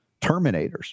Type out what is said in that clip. terminators